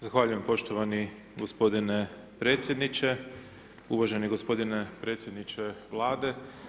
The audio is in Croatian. Zahvaljujem poštovani gospodine predsjedniče, uvaženi gospodine predsjedniče Vlade.